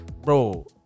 bro